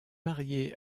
mariée